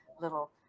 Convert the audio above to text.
little